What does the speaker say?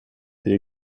the